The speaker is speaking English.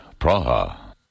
Praha